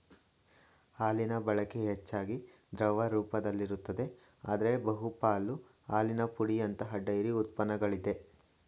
ಹಾಲಿನಬಳಕೆ ಹೆಚ್ಚಾಗಿ ದ್ರವ ರೂಪದಲ್ಲಿರುತ್ತದೆ ಆದ್ರೆ ಬಹುಪಾಲು ಹಾಲಿನ ಪುಡಿಯಂತಹ ಡೈರಿ ಉತ್ಪನ್ನಗಳಲ್ಲಿದೆ